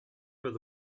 where